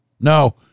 No